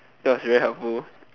that was very helpful